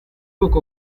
uko